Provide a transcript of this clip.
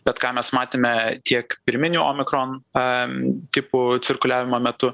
bet ką mes matėme tiek pirminių omikron a tipų cirkuliavimo metu